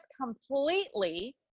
completely